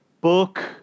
book